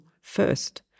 first